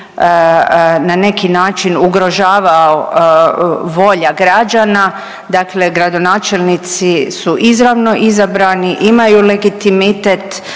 na neki način ugrožavao volja građana. Dakle gradonačelnici su izravno izabrani, imaju legitimitet,